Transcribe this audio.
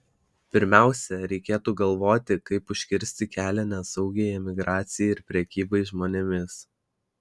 pirmiausia reikėtų galvoti kaip užkirsti kelią nesaugiai emigracijai ir prekybai žmonėmis